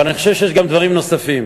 אבל יש גם דברים נוספים.